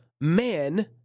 men